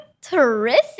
Terrific